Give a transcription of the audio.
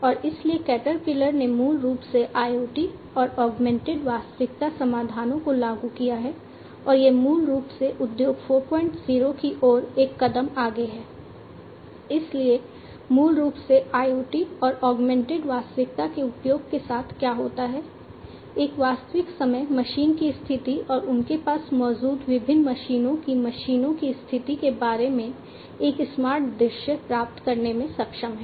और इसलिए कैटरपिलर ने मूल रूप से IoT और ऑगमेंटेड वास्तविकता के उपयोग के साथ क्या होता है एक वास्तविक समय मशीन की स्थिति और उनके पास मौजूद विभिन्न मशीनों की मशीनों की स्थिति के बारे में एक स्मार्ट दृश्य प्राप्त करने में सक्षम है